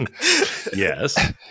Yes